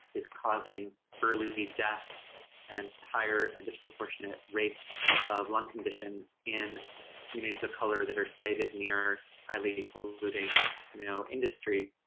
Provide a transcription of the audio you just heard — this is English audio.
is causing early death and higher and disproportionate rates of lung conditions in communities of color that are cited near highly polluting you know industry.